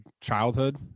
childhood